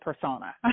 persona